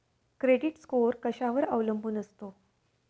Credit score कशावर अवलंबून असतो?